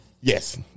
Yes